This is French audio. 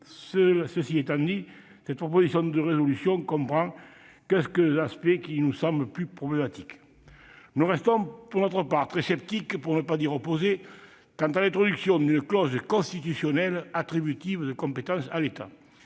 Cela étant dit, cette proposition de résolution comprend quelques aspects qui nous semblent plus problématiques. Nous restons très sceptiques- pour ne pas dire opposés -à l'introduction d'une clause constitutionnelle attributive de compétences à l'État.